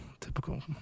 Typical